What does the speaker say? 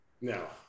No